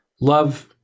love